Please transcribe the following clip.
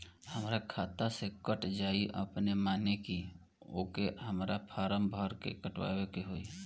हमरा खाता से कट जायी अपने माने की आके हमरा फारम भर के कटवाए के होई?